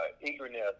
eagerness